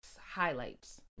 highlights